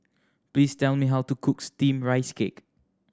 please tell me how to cook Steamed Rice Cake